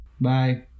Bye